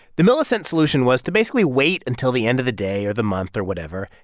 the millicent solution was to basically wait until the end of the day or the month or whatever,